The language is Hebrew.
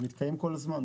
לא, זה מתקיים כל הזמן.